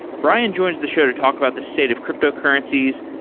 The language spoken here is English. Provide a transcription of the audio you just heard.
brian joins the show to talk about the state of cryptocurrencies,